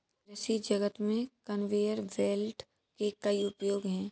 कृषि जगत में कन्वेयर बेल्ट के कई उपयोग हैं